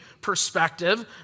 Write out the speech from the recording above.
perspective